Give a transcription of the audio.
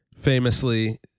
Famously